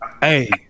hey